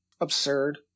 absurd